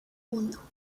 uno